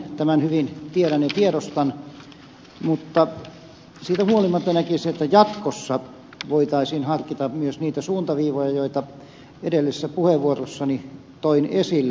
tämän hyvin tiedän ja tiedostan mutta siitä huolimatta näkisin että jatkossa voitaisiin harkita myös niitä suuntaviivoja joita edellisessä puheenvuorossani toin esille